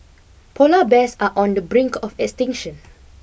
polar bears are on the brink of extinction